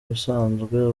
ubusanzwe